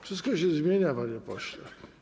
Wszystko się zmienia, panie pośle.